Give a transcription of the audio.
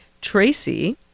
Tracy